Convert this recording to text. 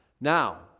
Now